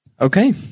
Okay